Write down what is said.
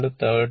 9 o